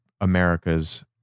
America's